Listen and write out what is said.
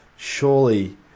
surely